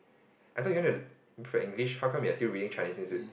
I thought you want to improve your English how come you are still reading Chinese newspaper